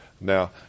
Now